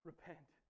Repent